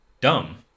dumb